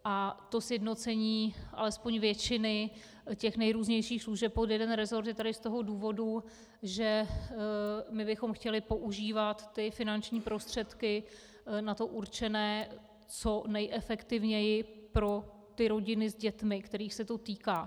A to sjednocení alespoň většiny těch nejrůznějších služeb pod jeden resort je tady z toho důvodu, že my bychom chtěli používat finanční prostředky na to určené co nejefektivněji pro ty rodiny s dětmi, kterých se to týká.